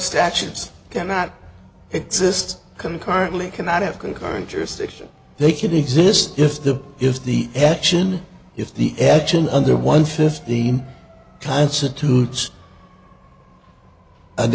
statutes cannot exist concurrently cannot have concurrent jurisdiction they can exist if the if the action if the action under one fifteen constitutes a